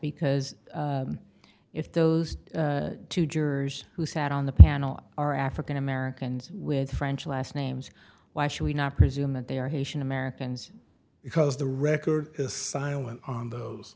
because if those two jurors who sat on the panel are african americans with french last names why should we not presume that they are haitian americans because the record is silent on those